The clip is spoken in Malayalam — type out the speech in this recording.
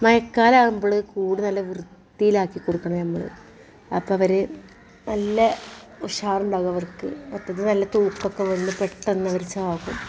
മയക്കാലാവുമ്പോൾ കൂട് നല്ല വൃത്തീലാക്കി കൊടുക്കണം ഞമ്മൾ അപ്പോൾ അവർ നല്ല ഉഷാറുണ്ടാവും അവർക്ക് മറ്റത് നല്ല തൂക്കൊക്കെ വന്ന് പെട്ടെന്നവർ ചാകും